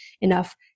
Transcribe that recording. enough